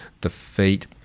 defeat